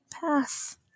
path